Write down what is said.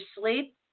sleep